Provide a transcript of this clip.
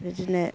बिदिनो